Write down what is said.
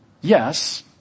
yes